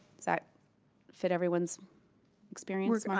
that that everyone's experience?